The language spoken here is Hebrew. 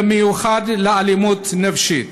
במיוחד לאלימות נפשית.